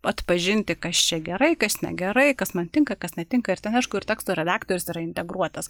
atpažinti kas čia gerai kas negerai kas man tinka kas netinka ir ten aišku ir teksto redaktorius yra integruotas